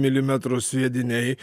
milimetrų sviediniai